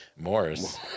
Morris